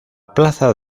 plaza